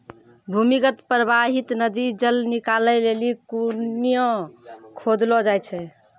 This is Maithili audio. भूमीगत परबाहित नदी जल निकालै लेलि कुण्यां खोदलो जाय छै